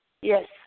yes